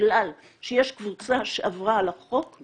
בגלל שיש קבוצה שעברה על החוק או על הכללים האתיים